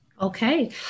Okay